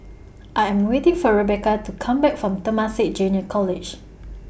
I Am waiting For Rebeca to Come Back from Temasek Junior College